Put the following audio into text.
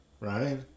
right